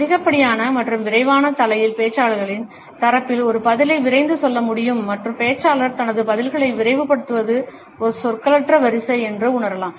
அதிகப்படியான மற்றும் விரைவான தலையில் பேச்சாளரின் தரப்பில் ஒரு பதிலை விரைந்து செல்ல முடியும் மற்றும் பேச்சாளர் தனது பதில்களை விரைவுபடுத்துவது ஒரு சொற்களற்ற வரிசை என்று உணரலாம்